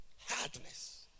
Hardness